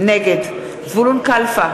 נגד זבולון קלפה,